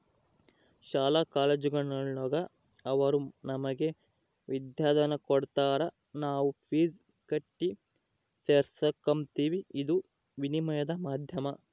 ಶಾಲಾ ಕಾಲೇಜುಗುಳಾಗ ಅವರು ನಮಗೆ ವಿದ್ಯಾದಾನ ಕೊಡತಾರ ನಾವು ಫೀಸ್ ಕಟ್ಟಿ ಸೇರಕಂಬ್ತೀವಿ ಇದೇ ವಿನಿಮಯದ ಮಾಧ್ಯಮ